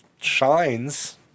shines